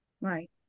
right